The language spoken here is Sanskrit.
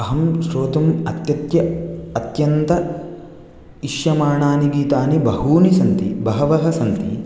अहं श्रोतुम् अत्यत्य अत्यन्त इष्यमाणानि गीतानि बहूनि सन्ति बहवः सन्ति